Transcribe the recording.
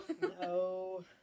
No